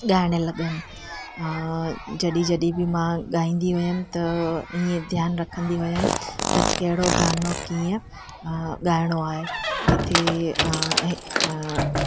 ॻाइणु लॻमि जॾहिं जॾहिं बि मां ॻाईंदी हुयमि त ईअं ध्यानु रखंदी हुयमि त कहिड़ो गानो कीअं ॻाइणो आहे किथे